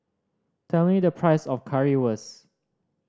tell me the price of Currywurst